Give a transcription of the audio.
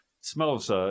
smells